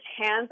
hands